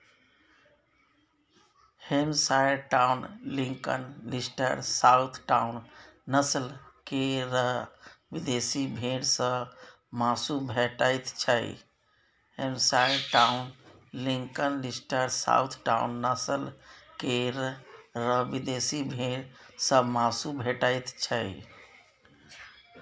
Hampshire Down, Lincoln, Leicester, Southdown, नस्ल केर विदेशी भेंड़ सँ माँसु भेटैत छै